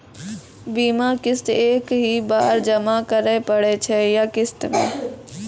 बीमा किस्त एक ही बार जमा करें पड़ै छै या किस्त मे?